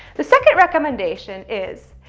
the second recommendation is,